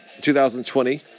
2020